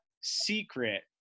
secret